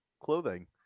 clothing